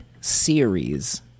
series